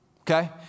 okay